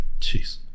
Jeez